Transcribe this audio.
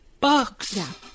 bucks